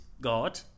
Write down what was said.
God